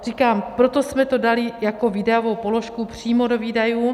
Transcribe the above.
Říkám, proto jsme to dali jako výdajovou položku přímo do výdajů.